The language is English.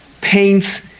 paints